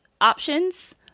options